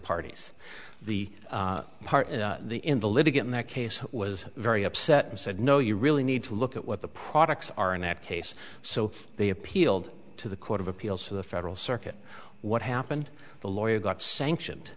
parties the part the in the litigant in that case was very upset and said no you really need to look at what the products are in that case so they appealed to the court of appeals for the federal circuit what happened the lawyer got sanctioned